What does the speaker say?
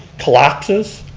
collapses.